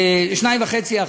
פי-2.5%